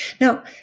Now